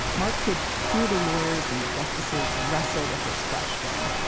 mark could hear the lawyers and the justices wrestle with this question.